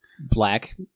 black